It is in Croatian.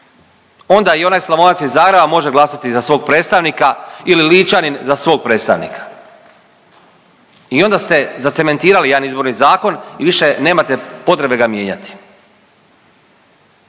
onda i onaj Slavonac iz Zagreba može glasati za svog predstavnika ili Ličanin za svog predstavnika. I onda ste zacementirali jedan izborni zakon i više nemate potrebe ga mijenjati.